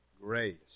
grace